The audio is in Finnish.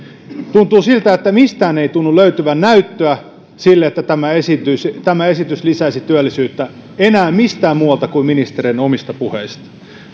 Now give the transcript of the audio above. tuntuu siltä että mistään ei tunnu löytyvän näyttöä sille että tämä esitys tämä esitys lisäisi työllisyyttä ei enää mistään muualta kuin ministereiden omista puheista